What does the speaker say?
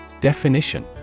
Definition